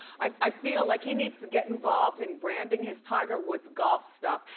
i feel like he needs to get involved in branding his tiger woods golf stuff,